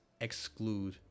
exclude